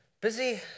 Busy